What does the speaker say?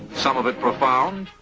some of it profound,